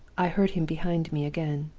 i heard him behind me again.